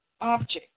object